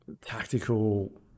tactical